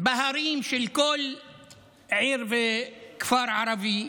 בהרים של כל עיר וכפר ערבי?